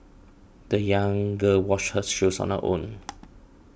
the young girl washed her shoes on her own